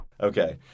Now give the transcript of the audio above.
Okay